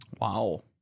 Wow